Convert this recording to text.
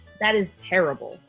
that is terrible.